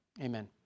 Amen